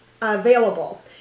available